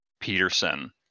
Peterson